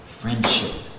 friendship